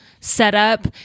setup